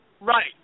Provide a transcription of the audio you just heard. Right